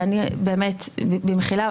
במחילה,